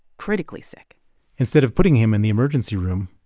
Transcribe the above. critically sick instead of putting him in the emergency room,